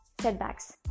setbacks